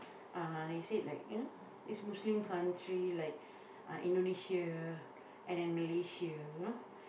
uh and they said like you know it's Muslim country like uh Indonesia and then Malaysia you know